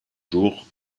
jour